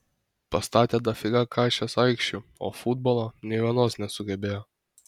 pastatė dafiga kašės aikščių o futbolo nei vienos nesugebėjo